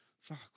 Fuck